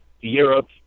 Europe